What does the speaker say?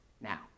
now